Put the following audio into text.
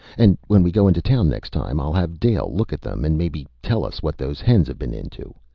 and when we go into town next time i'll have dale look at them and maybe tell us what those hens have been into.